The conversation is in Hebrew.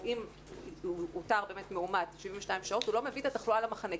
שאם הוא אותר כמאומת 72 שעות הוא לא מביא את התחלואה למחנה,